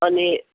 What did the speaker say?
अनि